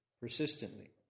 persistently